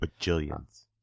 Bajillions